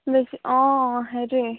বেছি অঁ সেইটোৱে